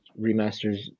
remasters